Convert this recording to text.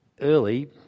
early